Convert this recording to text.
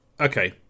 Okay